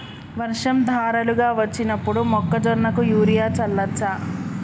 వర్షం ధారలుగా వచ్చినప్పుడు మొక్కజొన్న కు యూరియా చల్లచ్చా?